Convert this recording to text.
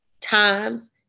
times